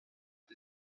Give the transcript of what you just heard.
the